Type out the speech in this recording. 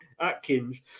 Atkins